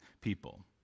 people